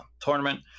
tournament